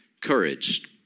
courage